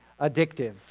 addictive